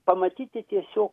pamatyti tiesiog